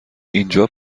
اینجا